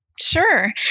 Sure